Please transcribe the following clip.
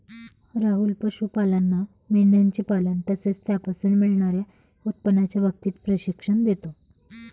राहुल पशुपालांना मेंढयांचे पालन तसेच त्यापासून मिळणार्या उत्पन्नाच्या बाबतीत प्रशिक्षण देतो